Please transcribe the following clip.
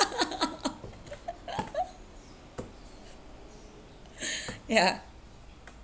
ya